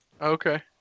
Okay